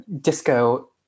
disco